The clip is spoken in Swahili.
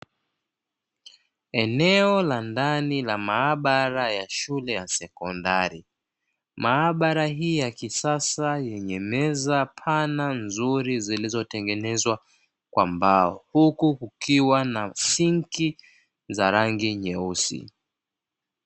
Eneo la ndani la maabara ya shule ya sekondari, maabara hii ya kisasa yenye meza pana nzuri, zilizotengenezwa kwa mbao huku, kukiwa na sinki za rangi nyeusi.